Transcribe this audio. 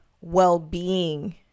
well-being